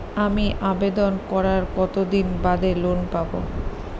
আমি আবেদন করার কতদিন বাদে লোন পাব?